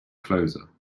closer